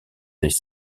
des